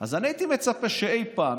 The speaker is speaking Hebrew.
אז אני הייתי מצפה שאי פעם,